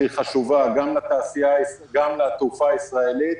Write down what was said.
שהיא חשובה גם לתעופה הישראלית,